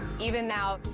even now,